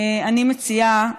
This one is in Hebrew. אני מציעה,